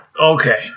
Okay